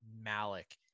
Malik